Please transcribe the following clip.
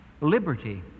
liberty